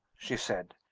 she said.